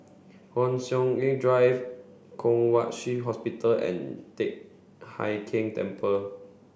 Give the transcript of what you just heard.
Hon Sui Sen Drive Kwong Wai Shiu Hospital and Teck Hai Keng Temple